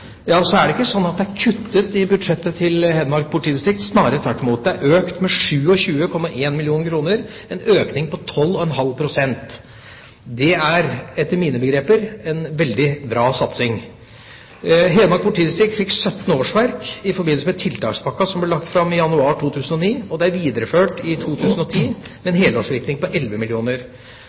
er det ikke sånn at det er kuttet i budsjettet til Hedmark politidistrikt, snarere tvert imot: Det er økt med 27,1 mill. kr, en økning på 12,5 pst. Det er etter mine begreper en veldig bra satsing. Hedmark politidistrikt fikk 17 årsverk i forbindelse med tiltakspakka som ble lagt fram i januar 2009. Det er videreført i 2010 med en helårsvirkning på